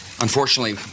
Unfortunately